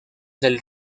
del